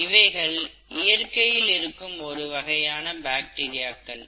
இவைகள் இயற்கையில் இருக்கும் ஒரு வகையான பாக்டீரியாக்கள்